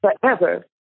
forever